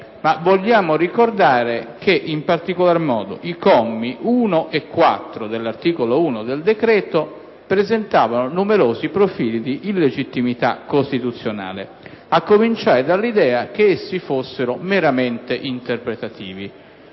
ma vogliamo ricordare che in particolar modo i commi 1 e 4 dell'articolo 1 del decreto presentavano numerosi profili di illegittimità costituzionale, a cominciare dall'idea che essi fossero meramente interpretativi.